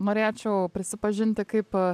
norėčiau prisipažinti kaip